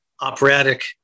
operatic